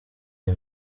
iyi